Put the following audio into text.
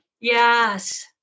yes